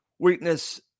Weakness